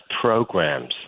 programs